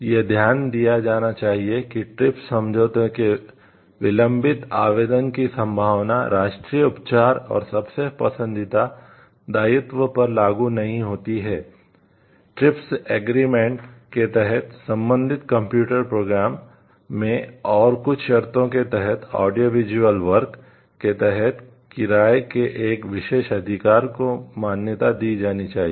यह ध्यान दिया जाना चाहिए कि ट्रिप्स के तहत किराए के एक विशेष अधिकार को मान्यता दी जानी चाहिए